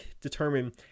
determine